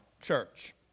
church